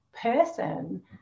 person